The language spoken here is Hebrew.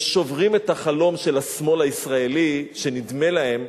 הם שוברים את החלום של השמאל הישראלי, שנדמה להם